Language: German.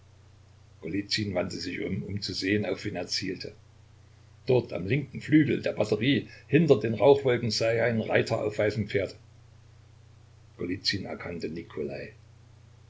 wandte sich um um zu sehen auf wen er zielte dort am linken flügel der batterie hinter den rauchwolken sah er einen reiter auf weißem pferde golizyn erkannte nikolai